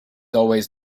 always